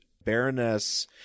baroness